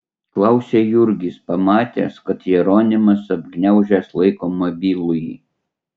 klausia jurgis pamatęs kad jeronimas apgniaužęs laiko mobilųjį